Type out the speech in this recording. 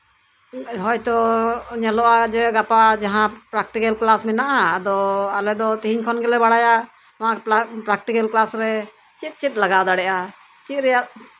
ᱦᱚᱭᱛᱳ ᱧᱮᱞᱚᱜᱼᱟ ᱡᱮ ᱜᱟᱯᱟ ᱡᱟᱦᱟ ᱸᱯᱨᱮᱠᱴᱤᱠᱮᱞ ᱠᱮᱞᱟᱥ ᱢᱮᱱᱟᱜᱼᱟ ᱟᱫᱚ ᱟᱞᱮ ᱫᱚ ᱛᱮᱦᱮᱧ ᱠᱷᱚᱱ ᱜᱮᱞᱮ ᱵᱟᱲᱟᱭᱟ ᱱᱚᱣᱟ ᱯᱨᱮᱠᱴᱤᱠᱮᱞ ᱠᱮᱞᱟᱥᱨᱮ ᱪᱮᱫ ᱪᱮᱫ ᱞᱟᱜᱟᱣ ᱫᱟᱲᱮᱭᱟᱜᱼᱟ ᱪᱮᱫ ᱪᱮᱫ ᱨᱮᱭᱟᱜ